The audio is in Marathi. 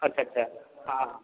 अच्छा अच्छा हां हां